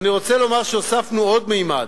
אני רוצה לומר שהוספנו עוד ממד.